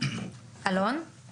אולי